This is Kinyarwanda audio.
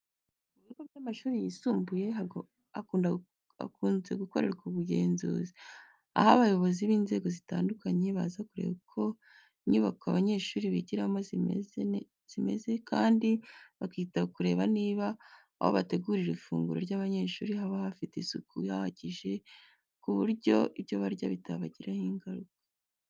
Mu bigo by'amashuri yisumbuye hakunze gukorerwa ubugenzuzi, aho abayobozi b'inzego zitandukanye baza kureba uko inyubako abanyeshuri bigiramo zimeze kandi bakita ku kureba niba aho bategurira ifunguro ry'abanyeshuri haba hafite isuku ihagije ku buryo ibyo barya bitabagiraho ingaruka.